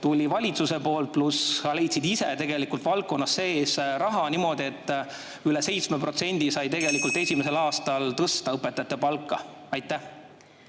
tuli valitsuse poolt, pluss sa leidsid ise tegelikult valdkonna sees raha niimoodi, et üle 7% sai tegelikult esimesel aastal tõsta õpetajate palka? Ja